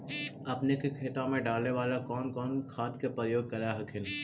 अपने के खेतबा मे डाले बाला कौन कौन खाद के उपयोग कर हखिन?